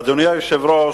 אדוני היושב-ראש,